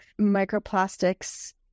microplastics